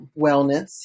wellness